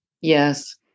Yes